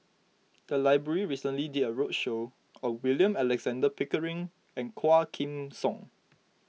the library recently did a roadshow on William Alexander Pickering and Quah Kim Song